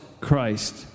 Christ